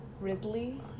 ridley